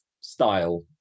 style